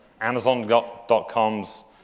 amazon.com's